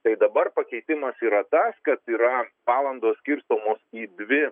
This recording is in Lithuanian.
tai dabar pakeitimas yra tas kad yra valandos skirstomos į dvi